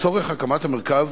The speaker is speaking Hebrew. לצורך הקמת המרכז,